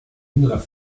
jüngerer